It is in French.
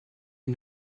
est